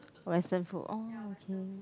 western food oh okay